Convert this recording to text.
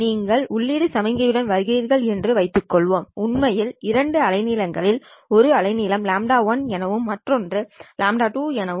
நீங்கள் உள்ளீட்டு சமிக்ஞையுடன் வருகிறீர்கள் என்று வைத்துக் கொள்வோம் உண்மையில் இரண்டு அலைநீளங்களிள் ஒரு அலைநீளம் λ1 எனவும் மற்றும் மற்றொரு அலைநீளம் λ2 எனவும்